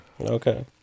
Okay